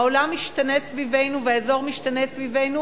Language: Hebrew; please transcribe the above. העולם משתנה סביבנו והאזור משתנה סביבנו